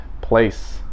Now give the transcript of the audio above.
place